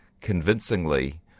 convincingly